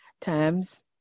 times